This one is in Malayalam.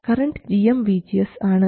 കറൻറ് gm VGS ആണ്